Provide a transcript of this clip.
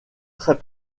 très